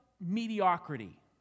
mediocrity